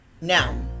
Now